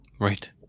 right